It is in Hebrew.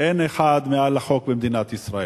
אין אחד מעל החוק במדינת ישראל.